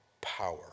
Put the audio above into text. power